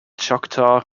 choctaw